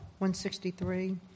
163